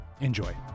Enjoy